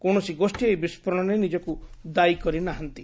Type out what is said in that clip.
କୌଣସି ଗୋଷ୍ଠୀ ଏହି ବିସ୍କୋରଣ ନେଇ ନିଜକୁ ଦାୟିକରି ନାହାନ୍ତି